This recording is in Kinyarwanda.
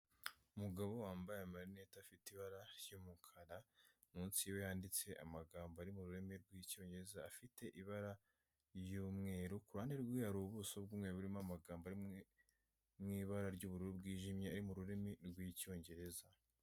Umugabo wambaye amarinete afite ibara ry'umukara, munsi yiwe handitse amagambo ari mu rurimi rw'Icyongereza, afite ibara ry'umweru ku ruhande rwiwe hari ubuso bw'umweru burimo amagambo ari mu ibara ry'ubururu bwijimye ari mu rurimi rw'Icyongereza.